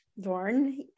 Dorn